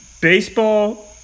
Baseball